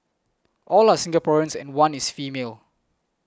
all are Singaporeans and one is female